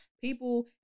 people